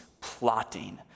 plotting